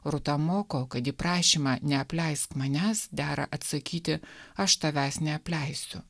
rūta moko kad į prašymą neapleisk manęs dera atsakyti aš tavęs neapleisiu